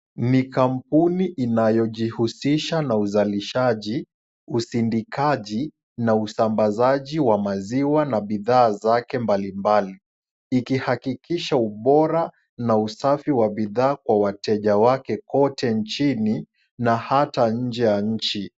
Ni kampuni inayojihusisha na uzalishaji, usindikaji na usambazaji wa maziwa na bidhaa zake mbali mbali ikihakikisha ubora na usafi wa bidhaa kwa wateja wake kote nchini na hata nje ya nchi.